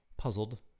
Puzzled